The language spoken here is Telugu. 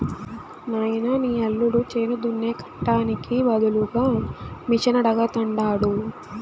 నాయనా నీ యల్లుడు చేను దున్నే కట్టానికి బదులుగా మిషనడగతండాడు